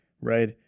right